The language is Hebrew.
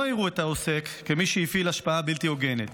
יראו את העוסק כמי שהפעיל השפעה בלתי הוגנת.